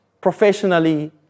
professionally